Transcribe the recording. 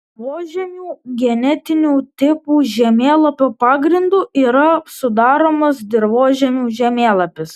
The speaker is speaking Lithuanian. dirvožemių genetinių tipų žemėlapio pagrindu yra sudaromas dirvožemių žemėlapis